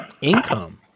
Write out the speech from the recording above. income